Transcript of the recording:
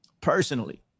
personally